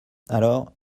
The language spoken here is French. alors